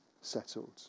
settled